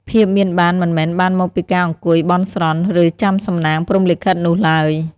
ភាពមានបានមិនមែនបានមកពីការអង្គុយបន់ស្រន់ ឬចាំសំណាងព្រហ្មលិខិតនោះឡើយ។